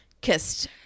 kissed